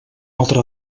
altra